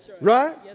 Right